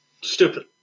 Stupid